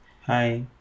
hi